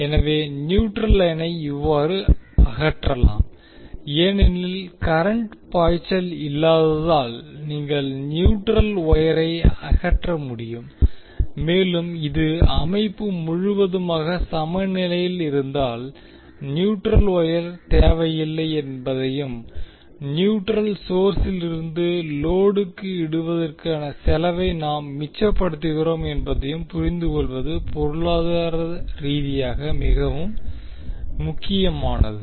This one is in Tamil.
எனவே நியூட்ரல் லைனை இவ்வாறு அகற்றலாம் ஏனெனில் கரண்ட் பாய்ச்சல் இல்லாததால் நீங்கள் நியூட்ரல் வொயரை அகற்ற முடியும் மேலும் இது அமைப்பு முழுமையாக சமநிலையில் இருந்தால் நியூட்ரல் வொயர் தேவையில்லை என்பதையும் நியூட்ரலை சோர்ஸிலிருந்து லோடுக்கு இடுவதற்கான செலவை நாம் மிச்சப்படுத்துகிறோம் என்பதையும் புரிந்துகொள்வது பொருளாதார ரீதியாக மிகவும் முக்கியமானது